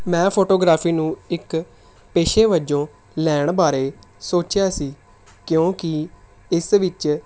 ਮੈਂ ਫੋਟੋਗ੍ਰਾਫ਼ੀ ਨੂੰ ਇੱਕ ਪੇਸ਼ੇ ਵਜੋਂ ਲੈਣ ਬਾਰੇ ਸੋਚਿਆ ਸੀ ਕਿਉਂਕਿ ਇਸ ਵਿੱਚ